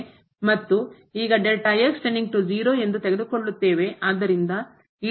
ಮತ್ತು ಈಗ ಎಂದು ತೆಗೆದುಕೊಳ್ಳುತ್ತೇವೆ